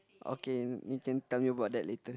okay you can tell me about that later